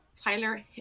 tyler